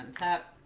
that